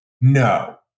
No